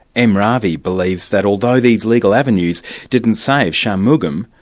m ravi believes that although these legal avenues didn't save shanmugam,